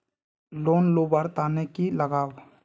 Loan लुवा र तने की लगाव?